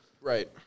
Right